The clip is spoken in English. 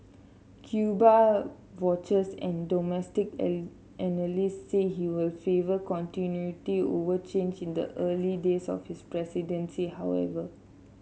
Cuba watchers and domestic analysts say he will favour continuity over change in the early days of his presidency however